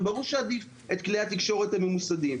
וברור שעדיף את כלי התקשורת הממוסדים,